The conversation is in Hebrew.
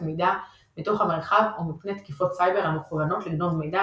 מידע מתוך המרחב או מפני תקיפות סייבר המכוונות לגנוב מידע,